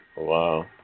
Wow